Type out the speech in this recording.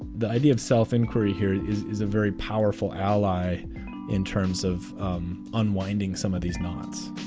the idea of self-inquiry here is is a very powerful ally in terms of unwinding some of these knots